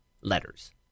letters